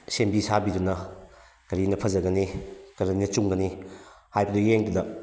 ꯁꯦꯝꯕꯤ ꯁꯥꯕꯤꯗꯨꯅ ꯀꯔꯤꯅ ꯐꯖꯒꯅꯤ ꯀꯔꯤꯅ ꯆꯨꯝꯒꯅꯤ ꯍꯥꯏꯕꯗꯨ ꯌꯦꯡꯗꯅ